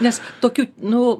nes tokiu nu